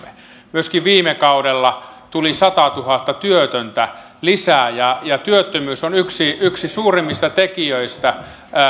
myöskin viime kaudella tuli satatuhatta työtöntä lisää ja ja työttömyys on yksi yksi suurimmista tekijöistä